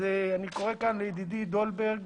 אני קורא גם לידידי דולברג,